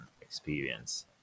experience